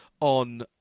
On